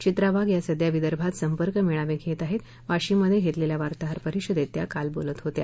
चित्रा वाघ या सध्या विदर्भात संपर्क मेळावे घेत आहेत वाशीम मध्ये घेतलेल्या वार्ताहर परिषदेत त्या काल बोलत होत्या